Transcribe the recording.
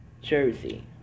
jersey